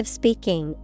speaking